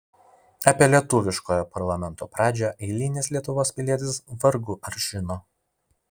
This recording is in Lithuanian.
apie lietuviškojo parlamento pradžią eilinis lietuvos pilietis vargu ar žino